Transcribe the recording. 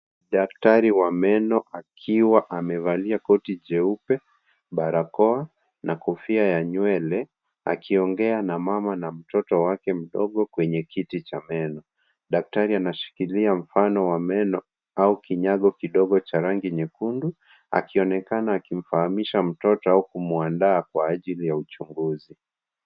Daktari wa meno akiwa amevalia koti jeupe, barakoa na kofia ya nywele akiongea na mama na mtoto wake mdogo kwenye kiti cha meno. Daktari anashikilia mfano wa meno au kinyago kidogo cha rangi nyekundu akionekana akimfahamisha mtoto au kumwandaa kwa ajili ya uchunguzi.